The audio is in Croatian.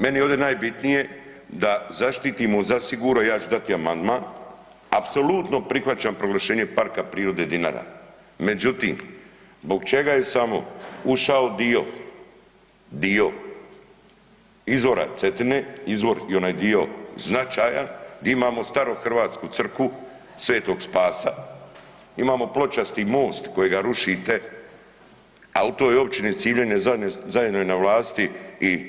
Meni je ovdje najbitnije da zaštitimo zasiguro i ja ću dati amandman, apsolutno prihvaćam proglašenje Parka prirode Dinara, međutim zbog čega je samo ušao dio, dio izvora Cetine, izvor i onaj dio značajan gdje imamo starohrvatsku crkvu Sv. spasa, imamo pločasti most kojeg rušite, a u toj općini …/nerazumljivo/… zajedno je na vlasti i